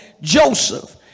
Joseph